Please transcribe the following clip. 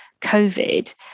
COVID